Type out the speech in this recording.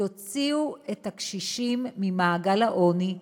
יוציאו את הקשישים ממעגל העוני,